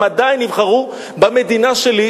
הם עדיין יבחרו במדינה שלי,